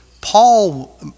Paul